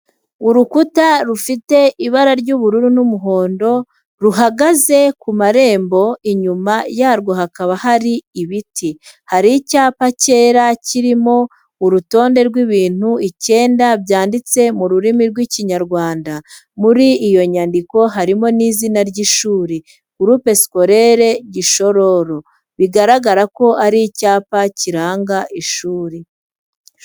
Urukuta rufite ibara ry'ubururu n'umuhondo, ruhagaze ku marembo, inyuma yarwo hakaba hari ibiti. Hari icyapa cyera, kirimo urutonde rw'ibintu icyenda byanditswe mu rurimi rw'Ikinyarwanda. Muri iyo nyandiko harimo n'izina ry'ishuri, "G.S. GISHORORO." Bigaragara ko ari icyapa kiranga ishuri.